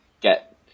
get